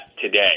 today